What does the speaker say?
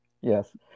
Yes